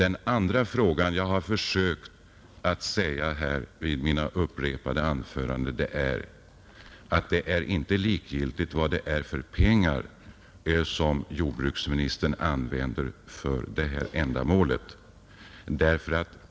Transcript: Vad jag vidare försökt säga i mina upprepade anföranden här är att det inte är likgiltigt vilka pengar jordbruksministern använder för detta ändamål.